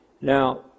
Now